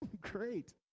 Great